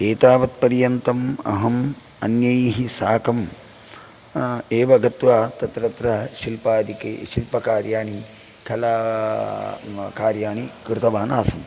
एतावत्पर्यन्तम् अहम् अन्यैः साकम् एव गत्वा तत्र तत्र शिल्पादिके शिल्पकार्याणि कलाकालर्याणि कृतवान् आसं